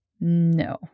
No